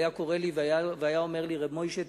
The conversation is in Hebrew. והוא היה קורא לי והיה אומר לי: רב מוישה,